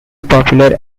popular